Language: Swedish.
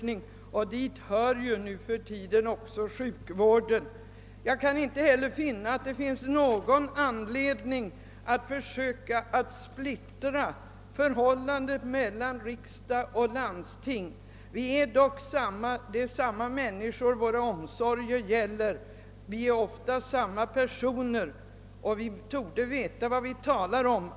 Till detta område hör ju numera även sjukvården. Jag kan inte heller finna, att det finns någon anledning att försöka åstadkomma en splittring mellan riksdag och landsting. Det är samma människor våra omsorger gäller och ofta är det samma personer som sitter i landstingen och riksdagen. Vi vet vad vi talar om.